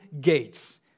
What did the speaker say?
gates